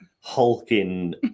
hulking